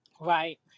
Right